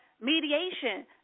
mediation